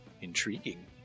Intriguing